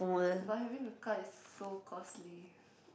but having a car is so costly